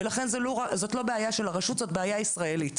ולכן זו לא בעיה של הרשות זו בעיה ישראלית,